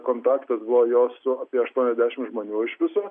kontaktas buvo jos su apie aštuoniasdešim žmonių iš viso